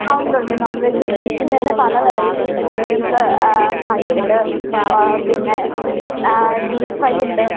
yes ഉണ്ട് ഉണ്ട് non veg ബീഫിൻറെ തന്നെ പല വെറൈറ്റികളുണ്ട് ബീഫ് ഫ്രൈ ഉണ്ട് പിന്നെ ഡീപ് ഫ്രൈ ഉണ്ട്